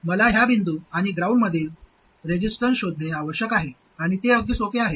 मला ह्या बिंदू आणि ग्राउंडमधील रेसिस्टन्स शोधणे आवश्यक आहे आणि ते अगदी सोपे आहे